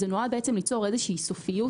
זה נועד ליצור איזושהי סופיות.